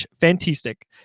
fantastic